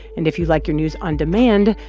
and if you like your news on demand,